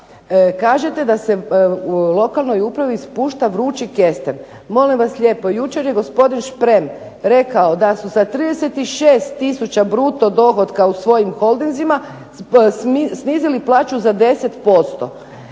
kažete da se u lokalnoj upravi spušta vrući kesten. Molim vas lijepo jučer je gospodin Šprem rekao da su sa 36000 bruto dohotka u svojim holdinzima snizili plaću za 10%.